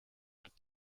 mit